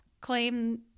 claim